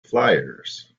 flyers